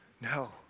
No